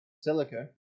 Silica